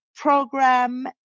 Program